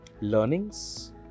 learnings